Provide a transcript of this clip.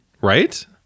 Right